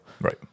Right